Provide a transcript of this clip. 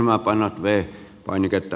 arvoisa herra puhemies